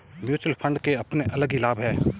mutual fund के अपने अलग ही लाभ हैं